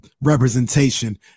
representation